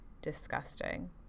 disgusting